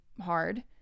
hard